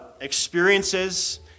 experiences